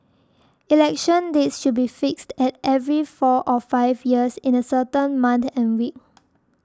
election dates should be fixed at every four or five years in a certain month and week